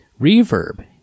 Reverb